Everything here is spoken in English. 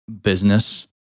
business